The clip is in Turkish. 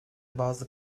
bazı